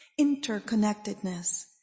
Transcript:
interconnectedness